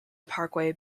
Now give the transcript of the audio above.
parkway